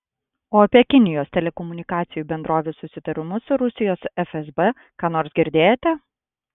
o apie kinijos telekomunikacijų bendrovių susitarimus su rusijos fsb ką nors girdėjote